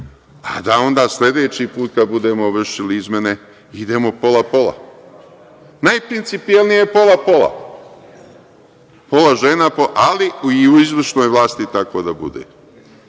pa da onda sledeći put kada budemo vršili izmene idemo pola, pola. Najprincipijelnije je pola, pola. Pola žena, ali i u izvršnoj vlasti tako da bude,